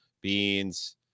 Beans